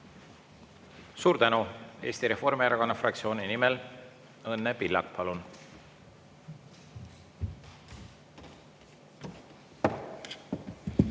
Suur tänu! Eesti Reformierakonna fraktsiooni nimel Õnne Pillak, palun!